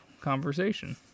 conversation